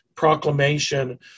Proclamation